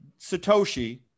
Satoshi-